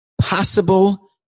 possible